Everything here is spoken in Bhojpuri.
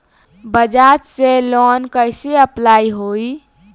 बज़ाज़ से लोन कइसे अप्लाई होई?